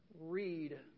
Read